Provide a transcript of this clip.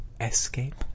Escape